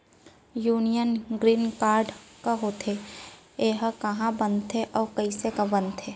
Union green card का होथे, एहा कहाँ बनथे अऊ कइसे बनथे?